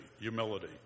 Humility